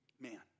Man